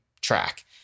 track